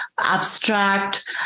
abstract